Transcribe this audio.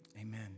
amen